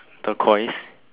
turquoise